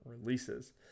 Releases